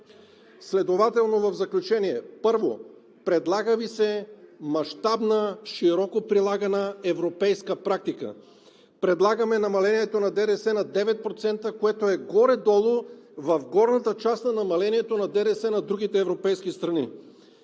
Следователно в заключение, първо, предлага Ви се мащабна широко прилагана европейска практика. Предлагаме намалението на ДДС на 9%, което е горе-долу в горната част на намалението на ДДС на другите европейски страни.